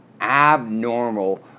abnormal